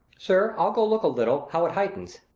sir, i'll go look a little, how it heightens.